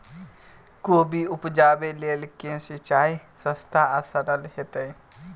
कोबी उपजाबे लेल केँ सिंचाई सस्ता आ सरल हेतइ?